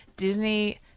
Disney